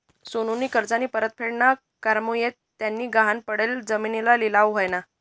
सोनूनी कर्जनी परतफेड ना करामुये त्यानी गहाण पडेल जिमीनना लिलाव व्हयना